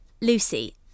Lucy